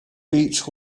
beach